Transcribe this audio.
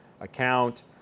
account